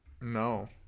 No